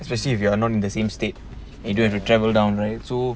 especially if you are not in the same state you don't have to travel down right SO